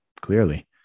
clearly